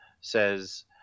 says